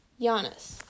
Giannis